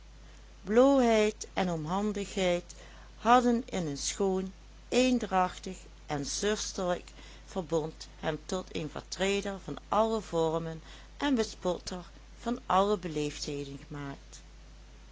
blooheid en onhandigheid hadden in een schoon eendrachtig en zusterlijk verbond hem tot een vertreder van alle vormen en bespotter van alle beleefdheden gemaakt